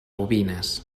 bobines